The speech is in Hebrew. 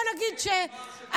בוא נגיד שהסרטון,